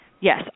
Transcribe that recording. yes